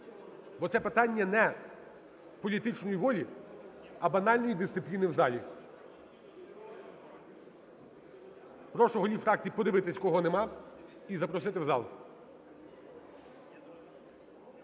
бо це питання не політичної волі, а банальної дисципліни в залі. Прошу голів фракцій подивитися, кого немає, і запросити в зал.